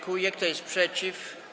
Kto jest przeciw?